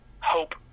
hope